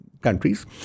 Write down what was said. countries